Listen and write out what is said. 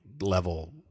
level